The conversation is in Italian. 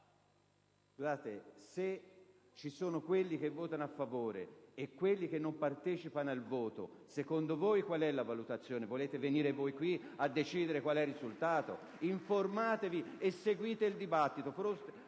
Se ci sono quelli che votano a favore e quelli che non partecipano al voto, secondo voi qual è la valutazione? Volete venire voi qui e decidere qual è il risultato? Informatevi e seguite il dibattito.